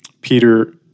Peter